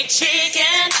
chicken